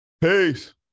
Peace